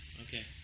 Okay